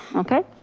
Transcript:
okay.